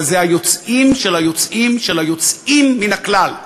אבל זה היוצאים של היוצאים של היוצאים מן הכלל.